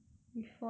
ya